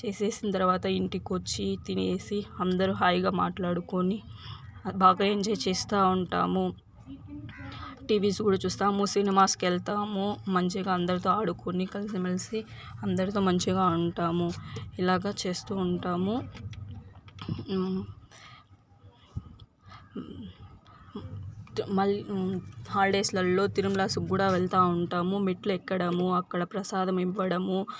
చేసేసిన తర్వాత ఇంటికి వచ్చి తినేసి అందరూ హాయిగా మాట్లాడుకొని బాగా ఎంజాయ్ చేస్తా ఉంటాము టీవీస్ కూడా చూస్తాము సినిమాస్కి వెళ్తాము మంచిగా అందరితో ఆడుకొని కలిసిమెలిసి అందరితో మంచిగా ఉంటాము ఇలాగా చేస్తూ ఉంటాము మళ్లీ హాలిడేస్లలో తిరుమలస్ కూడా వెళ్తా ఉంటాము మెట్లు ఎక్కడము అక్కడ ప్రసాదం ఇవ్వడము